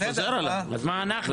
אני חוזר על הדברים,